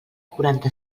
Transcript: quaranta